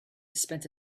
spent